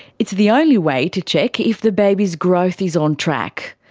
it's the only way to check if the baby's growth is on track.